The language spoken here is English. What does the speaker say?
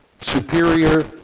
superior